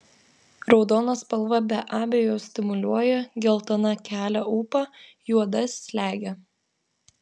raudona spalva be abejo stimuliuoja geltona kelia ūpą juoda slegia